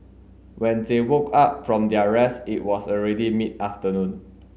when they woke up from their rest it was already mid afternoon